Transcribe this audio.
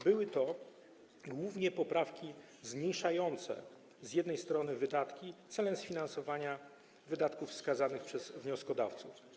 Były to głównie poprawki zmniejszające niektóre wydatki celem sfinansowania wydatków wskazanych przez wnioskodawców.